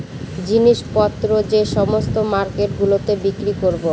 জিনিস পত্র যে সমস্ত মার্কেট গুলোতে বিক্রি করবো